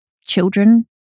children